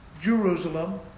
Jerusalem